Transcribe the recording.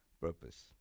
purpose